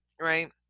right